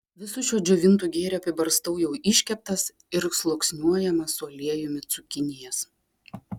visu šiuo džiovintu gėriu apibarstau jau iškeptas ir sluoksniuojamas su aliejumi cukinijas